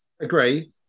Agree